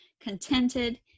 contented